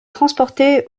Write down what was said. transporté